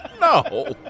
No